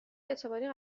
اعتباری